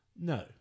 No